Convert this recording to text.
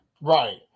Right